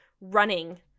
running